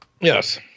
Yes